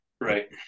right